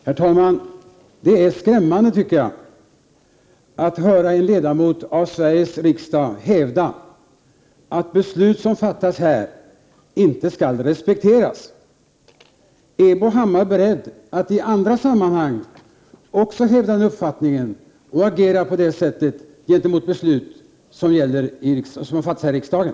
Herr talman! Det är skrämmande, tycker jag, att höra en ledamot av Sveriges riksdag hävda att beslut som fattas här inte skall respekteras. Är Bo Hammar beredd att också i andra sammanhang hävda den uppfattningen och agera på det sättet gentemot beslut som har fattats här i riksdagen?